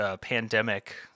pandemic